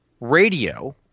radio